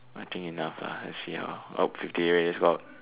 I think enough lah I see how now is fifty eight already let's go out